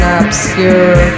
obscure